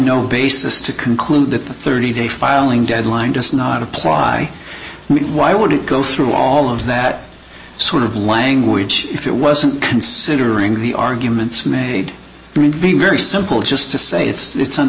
no basis to conclude that the thirty day filing deadline does not apply why would it go through all of that sort of language if it wasn't considering the arguments made very very simple just to say it's some